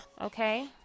Okay